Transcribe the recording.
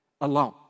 alone